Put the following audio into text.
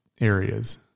areas